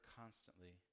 constantly